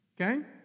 Okay